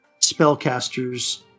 spellcasters